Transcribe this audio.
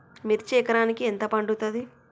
మిర్చి ఎకరానికి ఎంత పండుతది?